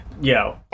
Yo